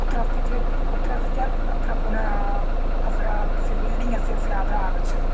कुत्र अस्ति चेत् कुत्र अस्ति चेत् अत्र पुनः अस् अस् अस्य बिल्डिङ्गस्य से अधः आगच्छतु